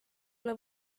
ole